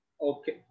Okay